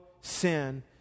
sin